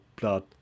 blood